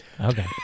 Okay